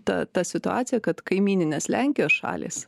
ta ta situacija kad kaimyninės lenkijos šalys